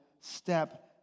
step